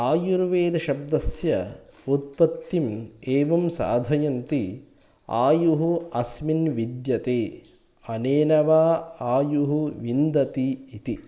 आयुर्वेदशब्दस्य उत्पत्तिम् एवं साधयन्ति आयुः अस्मिन् विद्यते अनेन वा आयुः विन्दति इति